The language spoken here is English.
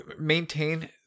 maintain